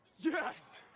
Yes